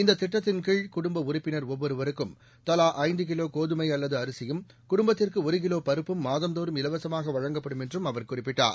இந்த திட்டத்தின்கீழ் குடும்ப உறுப்பினா் ஒவ்வொருவருக்கும் தலா ஐந்து கிவோ கோதுமை அல்லது அரிசியும் குடும்பத்திற்கு ஒரு கிலோ பருப்பும் மாதந்தோறும் இலவசமாக வழங்கப்படும் என்றும் அவர் குறிப்பிட்டார்